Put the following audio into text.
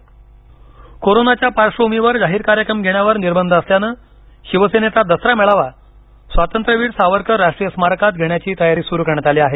दसरा मेळावा कोरोनाच्या पार्श्वभूमीवर जाहीर कार्यक्रम घेण्यावर निर्बंध असल्यानं शिवसेनेचा दसरा मेळावा स्वातंत्र्यवीर सावरकर राष्ट्रीय स्मारकात घेण्याची तयारी सुरू करण्यात आली आहे